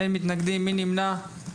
מי נמנע?